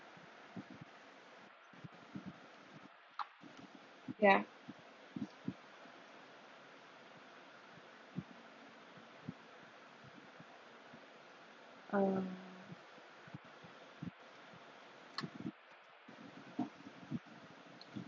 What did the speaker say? ya um